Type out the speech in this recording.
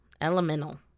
Elemental